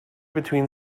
between